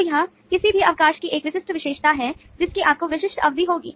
तो यह किसी भी अवकाश की एक विशिष्ट विशेषता है जिसकी आपको विशिष्ट अवधि होगी